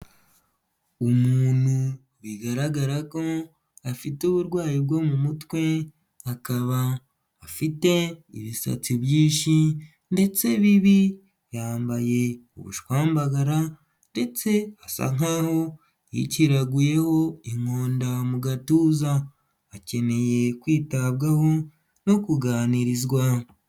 Umuntu bigaragara ko afite uburwayi bwo mu mutwe akaba afite ibisatsi byinshi ndetse bibi, yambaye ubushwambagara ndetse asa nkaho yiciraguyeho inkonda mu gatuza, akeneye kwitabwaho no kuganirizwa.